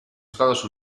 estados